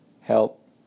help